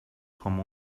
com